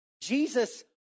Jesus